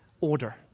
order